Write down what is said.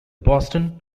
boston